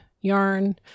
yarn